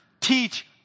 teach